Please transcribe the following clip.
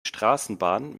straßenbahn